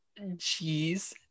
Jeez